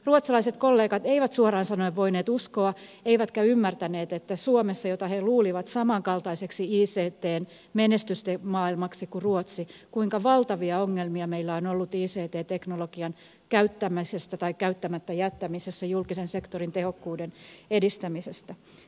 ruotsalaiset kollegat eivät suoraan sanoen voineet uskoa eivätkä ymmärtäneet kuinka valtavia ongelmia meillä suomessa jota he luulivat samankaltaiseksi ictn menestysten maailmaksi kuin ruotsi on ollut ict teknologian käyttämisessä tai käyttämättä jättämisessä julkisen sektorin tehokkuuden edistämiseksi